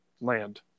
land